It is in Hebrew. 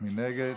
מי נגד?